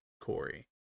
Corey